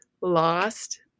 lost